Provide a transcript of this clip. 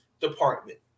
department